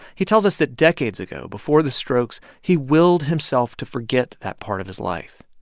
he tells us that decades ago, before the strokes, he willed himself to forget that part of his life.